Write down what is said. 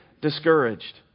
discouraged